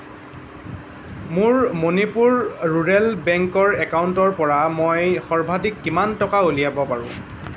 মোৰ মণিপুৰ ৰুৰেল বেংকৰ একাউণ্টৰ পৰা মই সৰ্বাধিক কিমান টকা উলিয়াব পাৰোঁ